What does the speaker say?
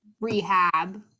rehab